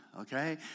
Okay